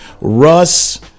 russ